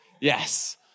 yes